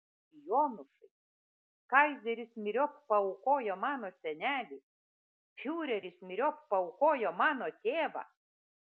jonušai kaizeris myriop paaukojo mano senelį fiureris myriop paaukojo mano tėvą